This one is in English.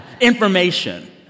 Information